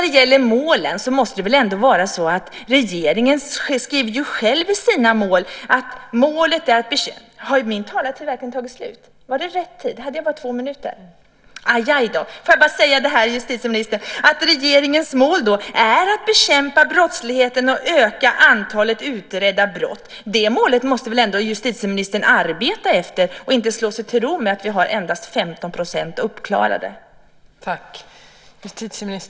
Regeringen säger ju själv att dess mål är att bekämpa brottsligheten och öka antalet utredda brott. Det målet måste väl ändå justitieministern arbeta efter, och inte slå sig till ro med att vi endast har 15 % uppklarade brott?